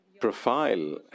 profile